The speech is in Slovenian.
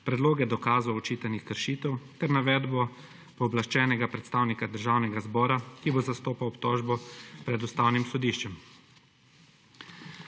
predloge dokazov očitanih kršitev ter navedbo pooblaščenega predstavnika Državnega zbora, ki bo zastopal obtožbo pred Ustavnim sodiščem.